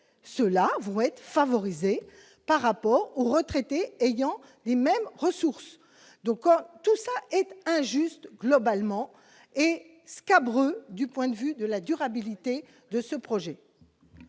cela vont être favorisé par rapport aux retraités ayant les mêmes ressources, donc tout cela est injuste, globalement et scabreuse du point de vue de la durabilité de ce projet.